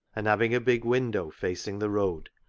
and having a big window facing the road,